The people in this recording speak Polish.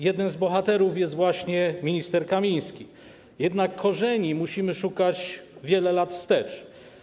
Jednym z bohaterów jest właśnie minister Kamiński, jednak korzeni musimy szukać wiele lat wstecz.